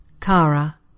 Kara